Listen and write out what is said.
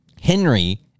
Henry